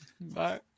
Bye